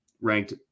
ranked